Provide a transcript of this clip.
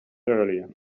earlier